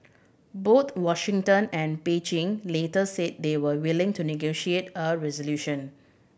both Washington and Beijing later said they were willing to negotiate a resolution